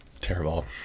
Terrible